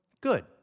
good